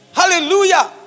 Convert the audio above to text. hallelujah